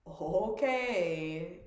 okay